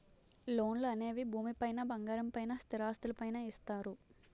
లోన్లు అనేవి భూమి పైన బంగారం పైన స్థిరాస్తులు పైన ఇస్తారు